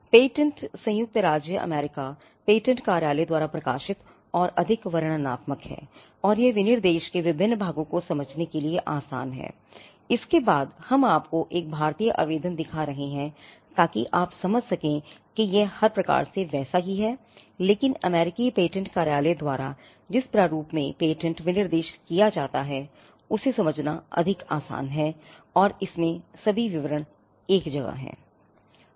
patent संयुक्त राज्य America patent कार्यालय द्वारा प्रकाशित और अधिक वर्णनात्मक हैं और यह विनिर्देश के विभिन्न भागों को समझने के लिए आसान हैइसके बाद हम आपको एक भारतीय आवेदन दिखा रहे हैं ताकि आप समझ सकें कि यह हर प्रकार से वैसा ही है लेकिन अमेरिकी पेटेंट कार्यालय द्वारा जिस प्रारूप में पेटेंट विनिर्देश किया जाता है उसे समझना अधिक आसान है और इसमें सभी विवरण एक जगह हैं